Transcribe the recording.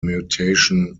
mutation